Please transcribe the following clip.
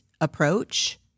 approach